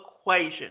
equation